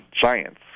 giants